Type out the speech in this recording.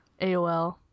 AOL